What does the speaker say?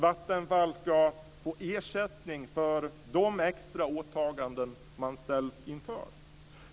Vattenfall ska få ersättning för de extra åtaganden man ställs inför.